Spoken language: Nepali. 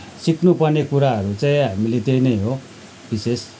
सिक्नुपर्ने कुराहरू चाहिँ हामीले त्यही नै हो विशेष